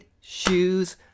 shoes